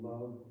love